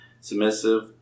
Submissive